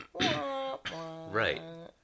right